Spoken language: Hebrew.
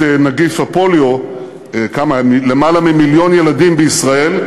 נגיף הפוליו למעלה ממיליון ילדים בישראל.